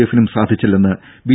എഫിനും സാധിച്ചില്ലെന്ന് ബി